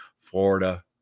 Florida